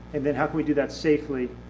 and then how can we do that safely?